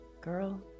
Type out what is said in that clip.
Girl